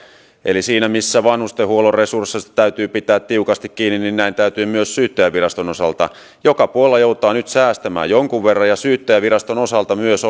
eli siinä missä vanhustenhuollon resursseista täytyy pitää tiukasti kiinni näin täytyy tehdä myös syyttäjänviraston osalta joka puolella joudutaan nyt säästämään jonkun verran ja syyttäjänviraston osalta myös